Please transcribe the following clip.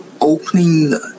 opening